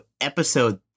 episode